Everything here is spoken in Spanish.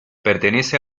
pertenece